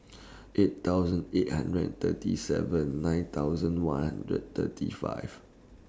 eight thousand eight hundred and thirty seven nine thousand one hundred thirty five